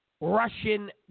Russian